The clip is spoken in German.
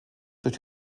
durch